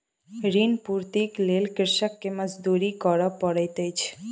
ऋण पूर्तीक लेल कृषक के मजदूरी करअ पड़ैत अछि